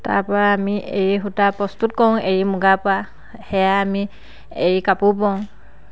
তাৰ পৰা আমি এৰী সূতা প্ৰস্তুত কৰোঁ এৰী মুগাৰ পৰা সেয়াই আমি এৰী কাপোৰ বওঁ